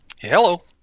Hello